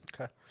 Okay